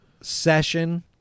session